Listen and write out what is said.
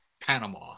Panama